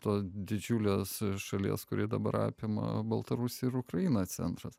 tos didžiulės šalies kuri dabar apima baltarusiją ukrainą centras